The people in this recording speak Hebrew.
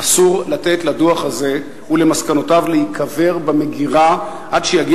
אסור לתת לדוח הזה ולמסקנותיו להיקבר במגירה עד שיגיע